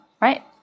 Right